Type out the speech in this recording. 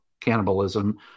cannibalism